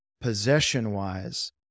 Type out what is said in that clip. possession-wise